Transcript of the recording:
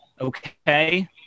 okay